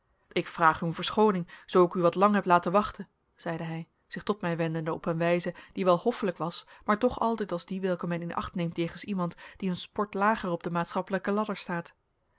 ik vraag u om verschooning zoo ik u wat lang heb laten wachten zeide hij zich tot mij wendende op een wijze die wel hoffelijk was maar toch altijd als die welke men in acht neemt jegens iemand die een sport lager op de maatschappelijke ladder staat